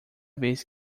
vez